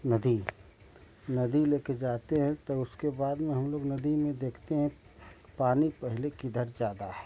नदी नदी ले कर जाते हैं तो उसके बाद में हम लोग नदी में देखते है पानी पहले किधर ज़्यादा है